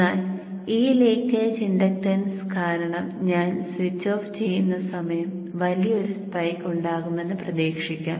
എന്നാൽ ഈ leakage inductance കാരണം ഞാൻ സ്വിച്ച് ഓഫ് ചെയ്യുന്ന സമയം വലിയൊരു സ്പൈക്ക് ഉണ്ടാകുമെന്നു പ്രതീക്ഷിക്കാം